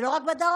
ולא רק בדרום,